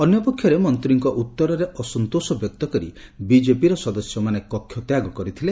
ଅନ୍ୟପକ୍ଷରେ ମନ୍ତୀଙ୍କ ଉତ୍ତରରେ ଅସନ୍ତୋଷ ବ୍ୟକ୍ତ କରି ବିଜେପିର ସଦସ୍ୟମାନେ କକ୍ଷତ୍ୟାଗ କରିଥିଲେ